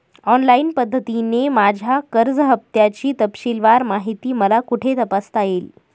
Online पद्धतीने माझ्या कर्ज हफ्त्याची तपशीलवार माहिती मला कुठे तपासता येईल?